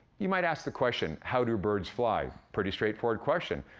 you might ask the question, how do birds fly? pretty straightforward question.